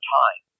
time